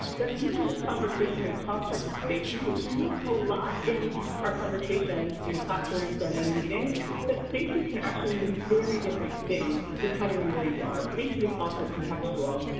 that even the conversation and concept of safety which we use a lot in our conversations in classrooms and in meetings that safety can actually mean very different things depending on where you are safety is also contextual. ah